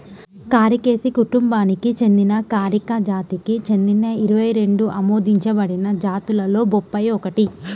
కారికేసి కుటుంబానికి చెందిన కారికా జాతికి చెందిన ఇరవై రెండు ఆమోదించబడిన జాతులలో బొప్పాయి ఒకటి